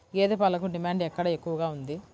గేదె పాలకు డిమాండ్ ఎక్కడ ఎక్కువగా ఉంది?